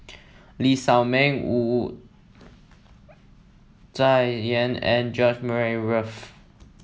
Lee Shao Meng Wu Tsai Yen and George Murray Reith